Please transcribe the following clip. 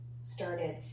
started